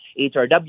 hrw